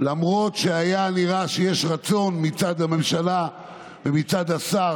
למרות שהיה נראה שיש רצון מצד הממשלה ומצד השר,